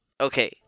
okay